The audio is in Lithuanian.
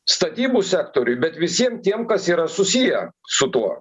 statybų sektoriui bet visiem tiem kas yra susiję su tuo